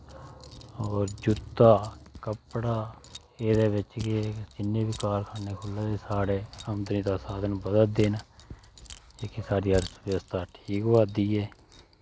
और जूता कपड़ा एह्दे बिच्च गै जिन्ने बी कारखाने खु'ल्ला दे साढ़े औंदनी दा साधन बधा दे न जेह्की साढ़ी अर्थव्यवस्था ठीक होआ दी ऐ